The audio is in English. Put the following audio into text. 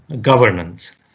governance